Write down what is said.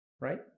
Right